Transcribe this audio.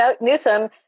Newsom